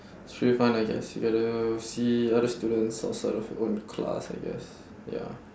should be fine I guess you get to see other students outside of your own class I guess ya